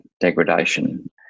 degradation